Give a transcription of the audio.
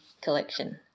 collection